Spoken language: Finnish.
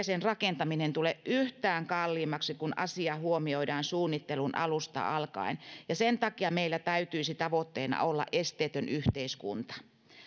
sen rakentaminen tule yhtään kalliimmaksi kun asia huomioidaan suunnittelun alusta alkaen ja sen takia meillä täytyisi tavoitteena olla esteetön yhteiskunta